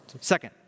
Second